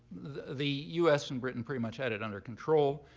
the us and britain pretty much had it under control.